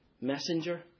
messenger